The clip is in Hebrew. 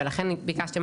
ולכן ביקשתם,